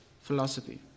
philosophy